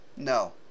No